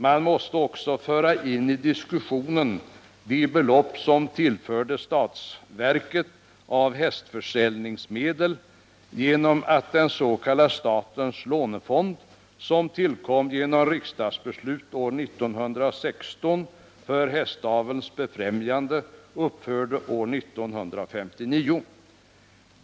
Man måste också föra in i diskussionen de belopp som tillförs statsverket av hästförsäljningsmedel till följd av att den s.k. statens lånefond, som för hästavelns befrämjande beslutades av 1916 års riksdag, upphörde år 1959.